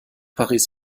paris